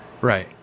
Right